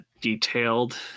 detailed